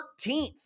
13th